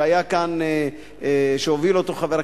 שהוביל פה,